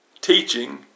teaching